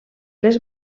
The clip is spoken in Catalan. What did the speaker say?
les